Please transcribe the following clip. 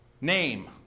name